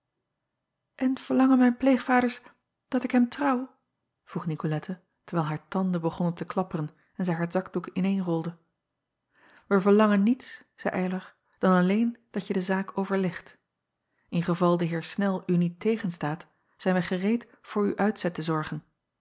n verlangen mijn pleegvaders dat ik hem trouw vroeg icolette terwijl haar tanden begonnen te klapperen en zij haar zakdoek ineenrolde acob van ennep laasje evenster delen ij verlangen niets zeî ylar dan alleen dat je de zaak overlegt n geval de eer nel u niet tegenstaat zijn wij gereed voor uw uitzet te zorgen